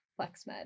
flexmed